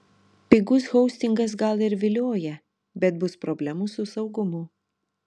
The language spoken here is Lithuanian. pigus hostingas gal ir vilioja bet bus problemų su saugumu